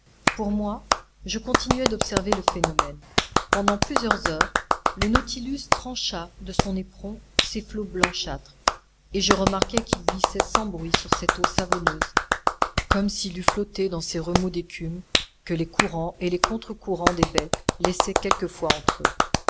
pour moi je continuai d'observer le phénomène pendant plusieurs heures le nautilus trancha de son éperon ces flots blanchâtres et je remarquai qu'il glissait sans bruit sur cette eau savonneuse comme s'il eût flotté dans ces remous d'écume que les courants et les contre courants des baies laissaient quelquefois entre eux